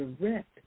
direct